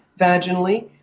vaginally